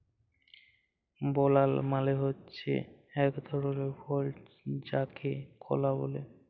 বালালা মালে হছে ইক ধরলের ফল যাকে কলা ব্যলে